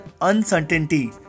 uncertainty